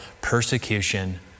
persecution